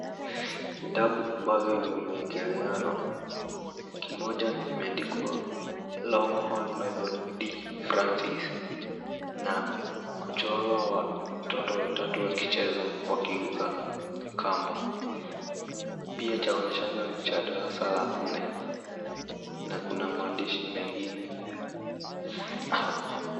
Vitabu ambavyo vimeekeleanwa. Kimoja kimeandikwa Longhorn Methode de Francais[cs na kuchorwa watoto watatu wakicheza wakiruka kamba. Pia chaonyeshana ni cha darasa la nne na kuna maandishi mengine hapo.